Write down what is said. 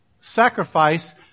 sacrifice